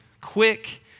quick